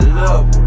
love